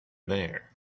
there